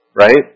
Right